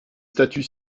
statuts